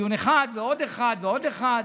דיון אחד ועוד אחד ועוד אחד.